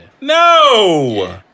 No